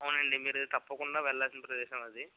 అవునండి మీరు తప్పకుండా వెళ్ళాల్సిన ప్రదేశం అది